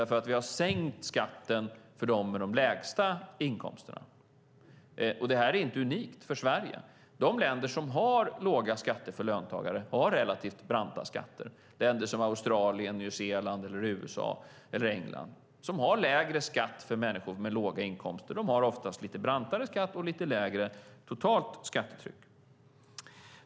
För vi har sänkt skatten för dem med de lägsta inkomsterna. Det här är inte unikt för Sverige. De länder som har låga skatter för löntagare har relativt branta skatter. Länder som Australien, Nya Zeeland, USA och England har lägre skatt för människor med låga inkomster. De har oftast lite brantare skatt och lite lägre totalt skattetryck.